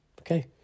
Okay